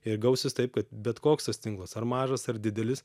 ir gausis taip kad bet koks tas tinklas ar mažas ar didelis